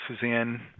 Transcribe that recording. Suzanne